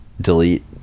delete